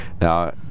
Now